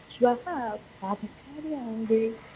श्वः प्रातःकाले अहमपि